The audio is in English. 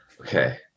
Okay